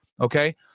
Okay